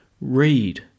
read